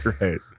right